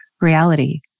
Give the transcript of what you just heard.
reality